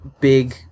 big